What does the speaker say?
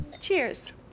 Cheers